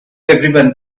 everyone